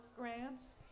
grants